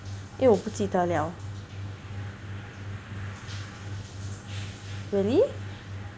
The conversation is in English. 因为我不记得了 really